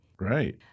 Right